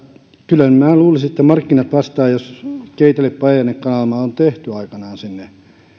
kyllä minä luulisin että markkinat vastaavat keitele päijänne kanava on tehty aikanaan